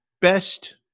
best